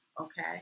Okay